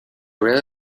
really